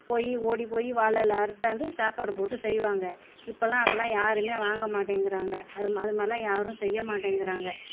போய் ஓடி போய் வாழை இல அறுத்தாந்து சாப்பாடு போட்டு செய்வாங்க இப்போலாம் அதெல்லாம் யாருமே வாங்க மாட்டேங்கிறாங்க அது அது மாதிரிலாம் யாரும் செய்ய மாட்டேங்கிறாங்க